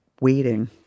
waiting